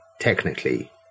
technically